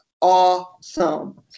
awesome